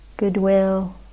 goodwill